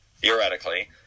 theoretically